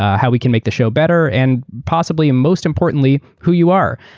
how we can make the show better, and possibly most importantly who you are.